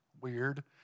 weird